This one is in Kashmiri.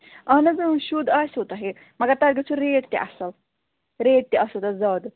اَہَن حظ شُد آسوٕ تۄہہِ مگر تۄہہِ دِژوٕ ریٹ تہِ اَصٕل ریٹ تہِ آسان اَتھ زیادٕ